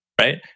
Right